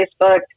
Facebook